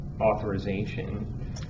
authorization